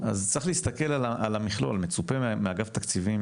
אז צריך להסתכל על המכלול, מצופה מאגף תקציבים